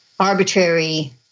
arbitrary